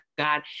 God